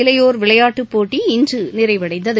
இளையோர் விளையாட்டுப் போட்டி இன்று நிறைவடைந்தது